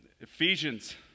Ephesians